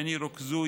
והן ירוכזו,